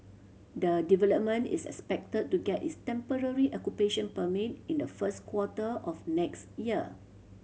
the development is expected to get its temporary occupation permit in the first quarter of next year